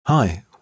Hi